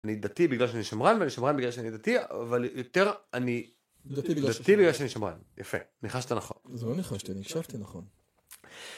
אני דתי בגלל שאני שמרן, ואני שמרן בגלל שאני דתי, אבל יותר אני דתי בגלל שאני שמרן, יפה, ניחשת נכון. זה לא ניחשתי, אני הקשבתי נכון.